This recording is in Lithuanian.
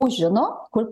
žino kur